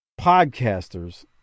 Podcasters